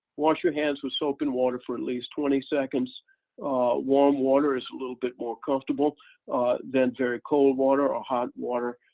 wash your hands with soap and water for at least twenty seconds warm water is a little bit more comfortable than very cold water or hot water.